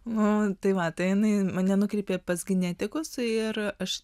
nu tai va tai jinai mane nukreipė pas genetikus ir aš